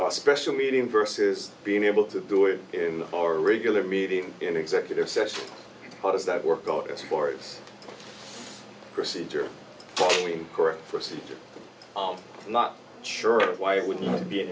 be special meeting versus being able to do it in our regular meeting in executive session how does that work out for a procedure correct procedure i'm not sure why it would not be an